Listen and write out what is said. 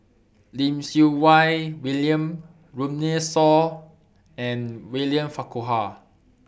Lim Siew Wai William Runme Shaw and William Farquhar